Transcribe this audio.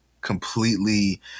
completely